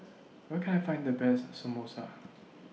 Where Can I Find The Best Samosa